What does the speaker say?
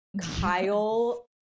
kyle